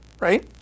right